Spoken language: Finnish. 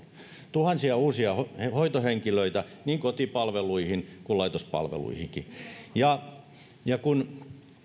tuhansia uusia hoitohenkilöitä niin kotipalveluihin kuin laitospalveluihinkin ja ja kun